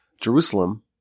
Jerusalem